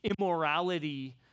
immorality